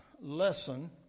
lesson